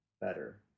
better